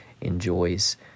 enjoys